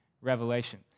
revelation